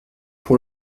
pour